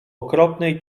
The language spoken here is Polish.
okropnej